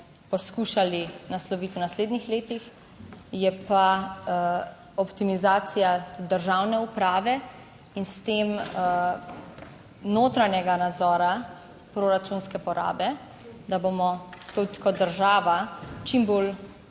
poskušali nasloviti v naslednjih letih, to je pa optimizacija državne uprave in s tem notranjega nadzora proračunske porabe, da bomo tudi kot država čim bolj